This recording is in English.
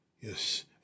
yes